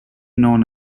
known